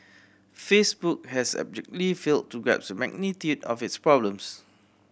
Facebook has abjectly failed to grasp the magnitude of its problems